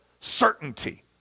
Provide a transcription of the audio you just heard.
certainty